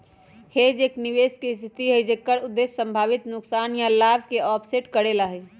hedge एक निवेश के स्थिति हई जेकर उद्देश्य संभावित नुकसान या लाभ के ऑफसेट करे ला हई